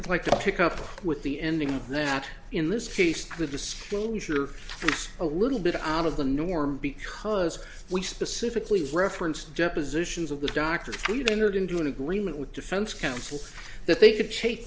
it's like a pickup with the ending that in this case the disclosure a little bit out of the norm because we specifically referenced depositions of the doctor food entered into an agreement with defense counsel that they could take